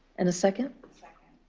and the second? second.